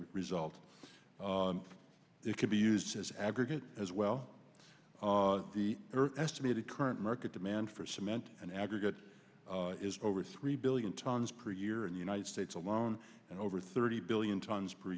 result it could be used as aggregate as well the estimated current market demand for cement and aggregate is over three billion tons per year in the united states alone and over thirty billion tons per